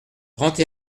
trente